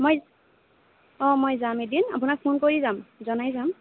মই অঁ মই যাম এদিন আপোনাক ফোন কৰি যাম জনাই যাম